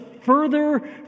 further